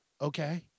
Okay